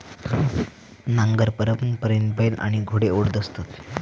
नांगर परंपरेने बैल आणि घोडे ओढत असत